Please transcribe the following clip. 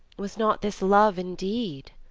was not this love indeed?